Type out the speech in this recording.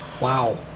Wow